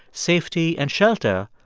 safety and shelter,